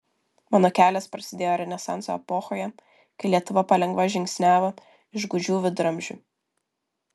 mano kelias prasidėjo renesanso epochoje kai lietuva palengva žingsniavo iš gūdžių viduramžių